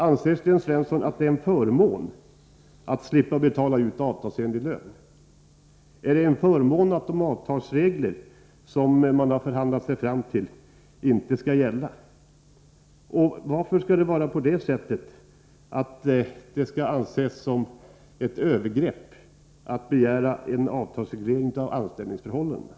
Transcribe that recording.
Anser Sten Svensson att det är en förmån att slippa betala ut avtalsenlig lön? Är det en förmån om de avtalsregler som man har förhandlat sig till inte gäller? Varför skall det anses som ett övergrepp att begära en avtalsreglering av anställningsförhållandena?